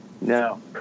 No